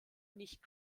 nicht